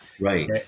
Right